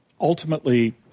ultimately